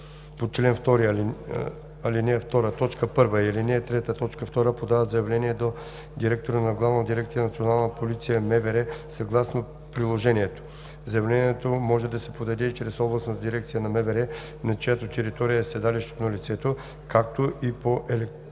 и ал. 3, т. 2 подават заявление до директора на Главна дирекция „Национална полиция“ – МВР, съгласно приложението. Заявлението може да се подаде и чрез областната дирекция на МВР, на чиято територия е седалището на лицето, както и по електронен